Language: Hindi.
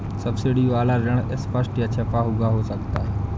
सब्सिडी वाला ऋण स्पष्ट या छिपा हुआ हो सकता है